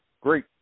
Great